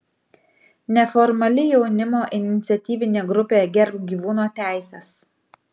neformali jaunimo iniciatyvinė grupė gerbk gyvūnų teises